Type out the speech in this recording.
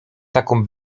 taką